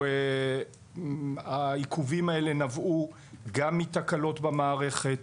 למעשה העיכובים האלה נבעו גם מתקלות במערכת,